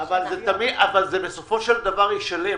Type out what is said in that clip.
אבל זה בסופו של דבר ישולם.